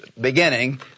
beginning